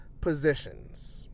positions